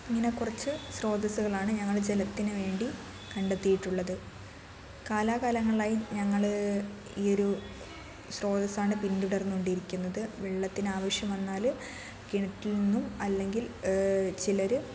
ഇങ്ങനെ കുറച്ച് സ്രോതസ്സുകളാണ് ഞങ്ങൾ ജലത്തിനു വേണ്ടി കണ്ടെത്തിയിട്ടുള്ളത് കാലാകാലങ്ങളായി ഞങ്ങൾ ഈ ഒരു സ്രോതസ്സാണ് പിന്തുടർന്നുകൊണ്ടിരിക്കുന്നത് വെള്ളത്തിന് ആവശ്യം വന്നാൽ കിണറ്റിൽ നിന്നും അല്ലെങ്കിൽ ചിലർ